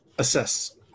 assess